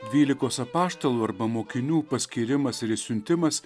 dvylikos apaštalų arba mokinių paskyrimas ir išsiuntimas